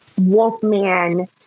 Wolfman